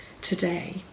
today